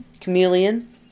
Chameleon